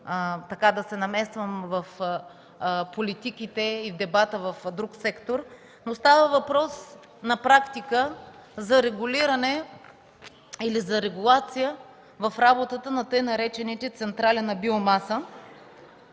искам да се намесвам в политиките и дебата в друг сектор, но става въпрос на практика за регулиране или за регулация в работата на така наречените „централи на биомаса”,